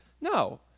no